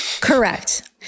Correct